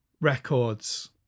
records